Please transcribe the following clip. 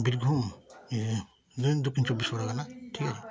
বীরভূম এ দক্ষিণ চব্বিশ পরগনা ঠিক আছে